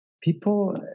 People